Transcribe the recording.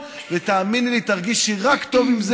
ובוחנת מהלכים שונים לשם כך גם בימים